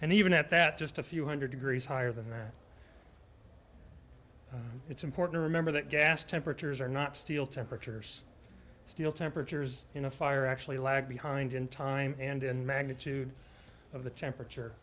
and even at that just a few hundred degrees higher than that it's important to remember that gas temperatures are not steel temperatures steel temperatures in a fire actually lag behind in time and in magnitude of the